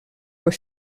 were